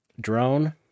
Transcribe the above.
drone